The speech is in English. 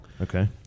Okay